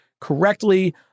correctly